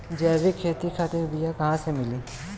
जैविक खेती खातिर बीया कहाँसे मिली?